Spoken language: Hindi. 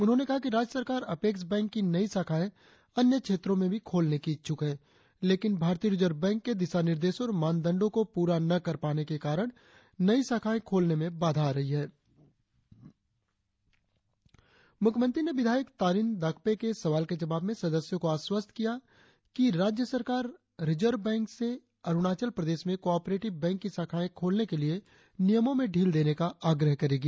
उन्होंने कहा कि राज्य सरकार अपेक्स बैंक की नई शाखाएं अन्य क्षेत्रों में भी खोलने की इच्छुक है लेकिन भारतीय रिजर्व बैंक के दिशानिर्देशों और मानदंडो को पूरा न कर पाने के कारण नई शाखाएं खोलने में बाधा आ रही है मुख्यमंत्री ने विधायक तारिन दाकपे के सवाल के जवाब में सदस्यों को आश्वस्त किया कि राज्य सरकार रिजर्व बैंक से अरुणाचल प्रदेश में कॉआपरेटिव बैंक की शाखाएं खोलने के लिए नियमों में ढील देने का आग्रह करेगी